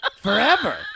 forever